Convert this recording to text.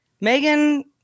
Megan